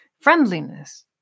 friendliness